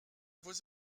vos